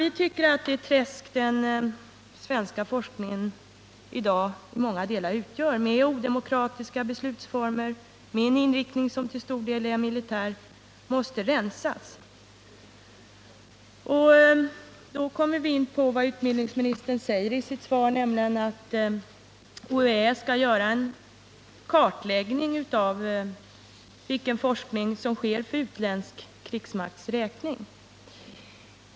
Vi tycker att det träsk den svenska forskningen i dag i många delar utgör, med odemokratiska beslutsformer, med en inriktning som till stor del är militär, måste rensas upp. Då kommer vi in på vad utbildningsministern säger i sitt svar, nämligen att UHÄ skall göra en kartläggning av vilken forskning som bedrivs för utländsk krigsmakts räkning.